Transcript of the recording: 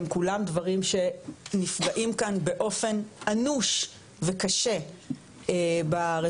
הם כולם דברים שנפגעים כאן באופן אנוש וקשה ברפורמה,